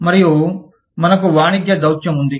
మరియు మనకు వాణిజ్య దౌత్యం ఉంది